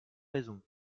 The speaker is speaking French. raisons